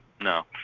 no